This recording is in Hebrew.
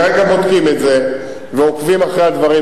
כרגע בודקים את זה ועוקבים אחר הדברים,